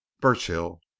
burchill